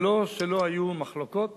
זה לא שלא היו מחלוקות.